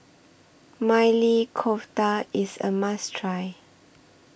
Maili Kofta IS A must Try